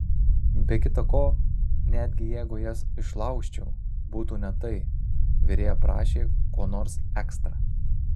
be kita ko netgi jeigu jas išlaužčiau būtų ne tai virėja prašė ko nors ekstra